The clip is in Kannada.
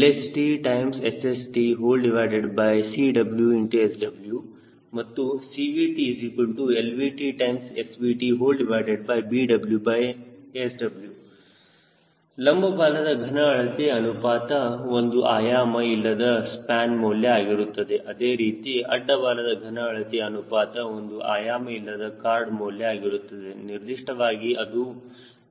CHTLHTSHTCwSw ಮತ್ತು CVTLVTSVTbwSw ಲಂಬ ಬಾಲದ ಘನ ಅಳತೆ ಅನುಪಾತ ಒಂದು ಆಯಾಮ ಇಲ್ಲದ ಸ್ಪ್ಯಾನ್ ಮೌಲ್ಯ ಆಗಿರುತ್ತದೆ ಅದೇ ರೀತಿ ಅಡ್ಡ ಬಾಲದ ಘನ ಅಳತೆ ಅನುಪಾತ ಒಂದು ಆಯಾಮ ಇಲ್ಲದ ಕಾರ್ಡ್ಮೌಲ್ಯ ಆಗಿರುತ್ತದೆ ನಿರ್ದಿಷ್ಟವಾಗಿ ಅದು